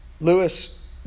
Lewis